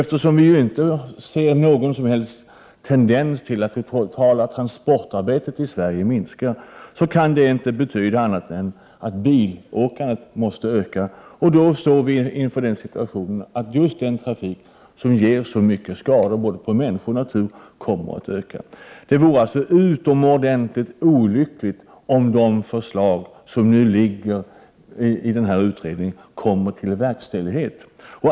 Eftersom vi inte ser någon tendens till att det totala antalet transporter i Sverige minskar, kan detta inte betyda annat än att bilåkandet måste öka. Vi står då inför situationen att just den typ av trafik som ger många skador på människor och natur kommer att öka. Det vore utomordentligt olyckligt om de förslag som nu finns hos utredningen kommer till verkställighet.